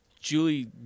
julie